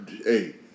hey